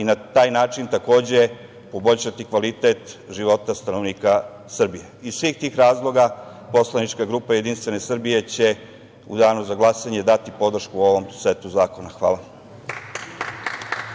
i na taj način, takođe, poboljšati kvalitet života stanovnika Srbije. Iz svih tih razloga poslanička grupa JS će u danu za glasanje dati podršku ovom setu zakona. Hvala.